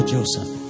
Joseph